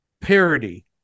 parody